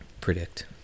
predict